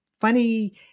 funny